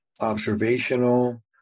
observational